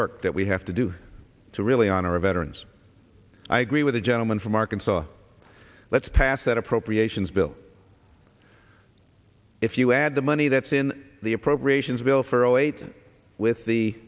work that we have to do to really honor a veterans i agree with the gentleman from arkansas let's pass that appropriations bill if you add the money that's in the appropriations bill for zero eight with the